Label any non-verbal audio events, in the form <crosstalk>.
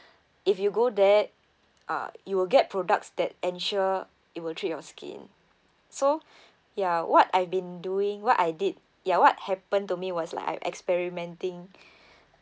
if you go there uh you will get products that ensure it will treat your skin so ya what I've been doing what I did ya what happened to me was like I'm experimenting <breath>